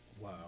Wow